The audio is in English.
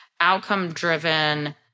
outcome-driven